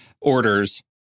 orders